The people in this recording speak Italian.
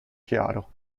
chiaro